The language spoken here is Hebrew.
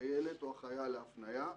החיילת או החייל להפנייה,